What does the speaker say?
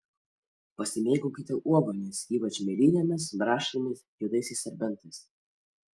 pasimėgaukite uogomis ypač mėlynėmis braškėmis juodaisiais serbentais